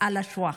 על השואה.